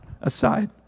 aside